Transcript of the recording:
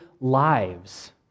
lives